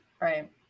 Right